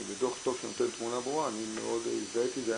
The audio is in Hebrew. ודוח טוב שנותן תמונה ברורה, אני הזדהיתי עם זה.